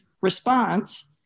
response